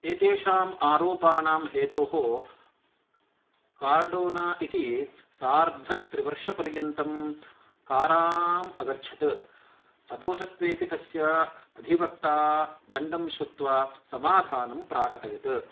एतेषां आरोपाणां हेतोः कार्डोना इति सार्धत्रिवर्षपर्यन्तं काराम् अगच्छत् सदोषत्वेऽपि तस्य अधिवक्ता दण्डं श्रुत्वा समाधानं प्राकटयत्